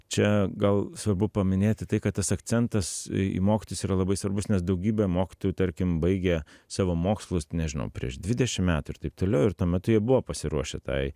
čia gal svarbu paminėti tai kad tas akcentas į mokytojus yra labai svarbus nes daugybė mokytojų tarkim baigė savo mokslus nežinau prieš dvidešim metų ir taip toliau ir tuo metu jie buvo pasiruošę tai